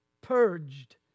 purged